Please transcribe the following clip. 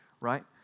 right